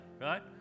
right